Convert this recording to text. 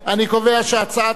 נא להצביע.